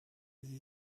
sie